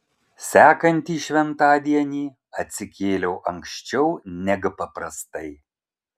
sekantį šventadienį atsikėliau anksčiau neg paprastai